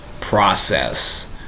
process